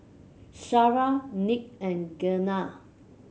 Shara Nick and Gena